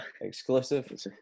Exclusive